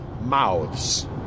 mouths